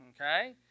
Okay